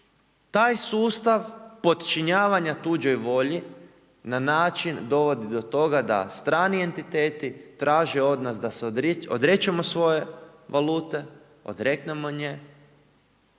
Taj sustav podčinjavanja tuđoj volji, na način dovodi do toga, da strani entiteti, traže od nas da se odrečemo svoje valute, odreknemo nje,